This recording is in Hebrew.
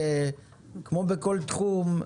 שכמו בכל תחום,